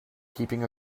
keeping